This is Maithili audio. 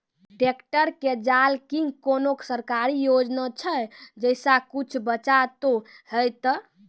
ट्रैक्टर के झाल किंग कोनो सरकारी योजना छ जैसा कुछ बचा तो है ते?